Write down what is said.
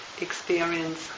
experience